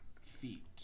Feet